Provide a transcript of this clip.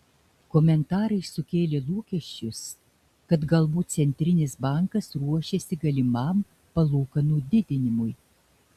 komentarai sukėlė lūkesčius kad galbūt centrinis bankas ruošiasi galimam palūkanų didinimui